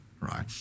right